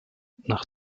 nach